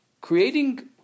Creating